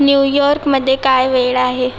न्यूयॉर्कमध्ये काय वेळ आहे